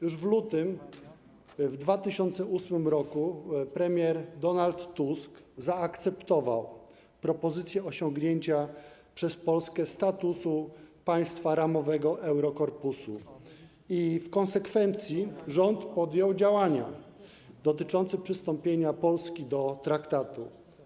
Już w lutym 2008 r. premier Donald Tusk zaakceptował propozycję osiągnięcia przez Polskę statusu państwa ramowego Eurokorpusu i w konsekwencji rząd podjął działania dotyczące przystąpienia Polski do traktatu.